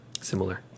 similar